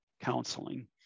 counseling